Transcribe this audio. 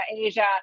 Asia